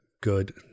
good